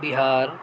Bihar